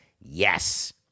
Yes